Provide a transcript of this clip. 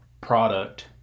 product